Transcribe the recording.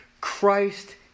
Christ